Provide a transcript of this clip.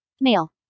male